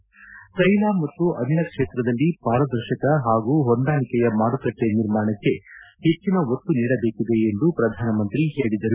ತ್ಟೆಲ ಮತ್ತು ಅನಿಲ ಕ್ಷೇತ್ರದಲ್ಲಿ ಪಾರದರ್ಶಕ ಪಾಗೂ ಹೊಂದಾಣಿಕೆಯ ಮಾರುಕಟ್ಟೆ ನಿರ್ಮಾಣಕ್ಕೆ ಹೆಚ್ಚಿನ ಒತ್ತು ನೀಡಬೇಕಿದೆ ಎಂದು ಪ್ರಧಾನಿ ಹೇಳಿದರು